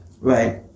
right